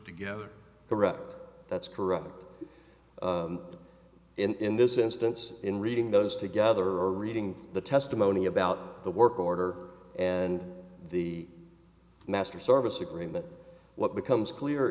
together correct that's correct in this instance in reading those together reading the testimony about the work order and the master service agreement what becomes clear